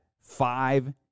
five